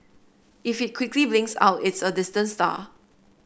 if it quickly blinks out it's a distant star